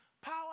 Power